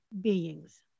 beings